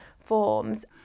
forms